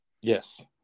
Yes